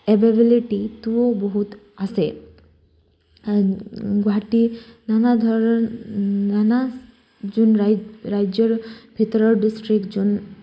এভেইবিলিটিটোও বহুত আছে গুৱাহাটী নানা ধৰণ নানা যোন ৰাজ্যৰ ভিতৰৰ ডিষ্ট্ৰিক্ট যোন